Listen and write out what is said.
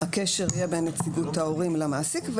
הקשר יהיה בין נציגות ההורים למעסיק,